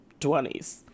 20s